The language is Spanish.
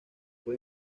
fue